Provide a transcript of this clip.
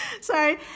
Sorry